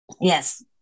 Yes